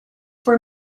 were